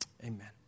Amen